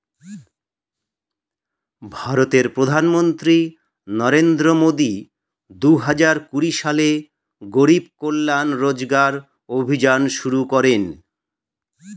ভারতের প্রধানমন্ত্রী নরেন্দ্র মোদি দুহাজার কুড়ি সালে গরিব কল্যাণ রোজগার অভিযান শুরু করেন